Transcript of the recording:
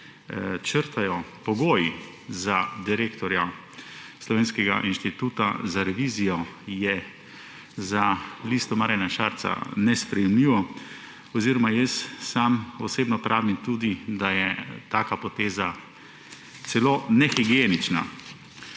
črtajo pogoji za direktorja Slovenskega inštituta za revizijo, je za Listo Marjana Šarca nesprejemljivo oziroma sam osebno pravim tudi, da je taka poteza celo nehigienična.